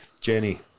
Jenny